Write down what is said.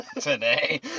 today